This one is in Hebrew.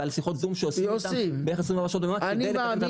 ועל שיחות זום שעושים איתם בערך 24 שעות ביממה כדי לקדם את הנושא.